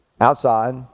outside